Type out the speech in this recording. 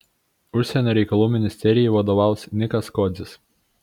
užsienio reikalų ministerijai vadovaus nikas kodzis